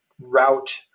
route